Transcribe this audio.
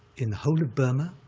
in the whole of burma